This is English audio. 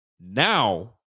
Now